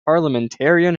parliamentarian